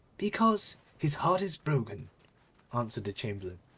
because his heart is broken answered the chamberlain.